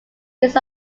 east